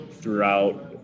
throughout